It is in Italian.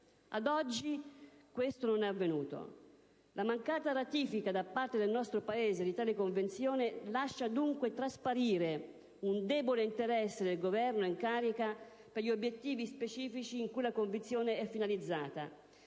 importante adempimento; la mancata ratifica da parte dell'Italia di tale convenzione lascia dunque trasparire il debole interesse del Governo in carica per gli obiettivi specifici cui la convenzione è finalizzata,